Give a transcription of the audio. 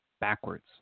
backwards